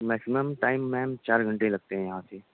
maximum time ma'am چار گھنٹے ہی لگتے ہیں یہاں سے